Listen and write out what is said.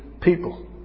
people